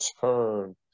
turn